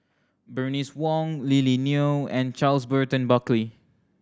Bernice Wong Lily Neo and Charles Burton Buckley